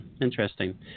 Interesting